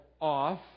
off